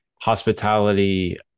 hospitality